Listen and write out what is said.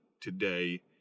today